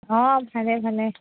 অঁ ভালে ভালে